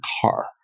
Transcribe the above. car